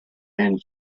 and